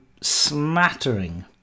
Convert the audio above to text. smattering